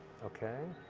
okay.